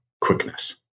quickness